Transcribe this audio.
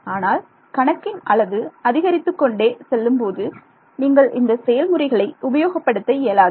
ஆனால் கணக்கின் அளவு அதிகரித்துக் கொண்டே செல்லும்போது நீங்கள் இந்த செயல்முறைகளை உபயோகப்படுத்த இயலாது